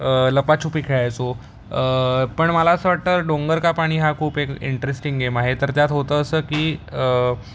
लपाछुपी खेळायचो पण मला असं वाटतं डोंगरका पाणी हा खूप एक इंटरेस्टिंग गेम आहे तर त्यात होतं असं की